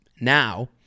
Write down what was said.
Now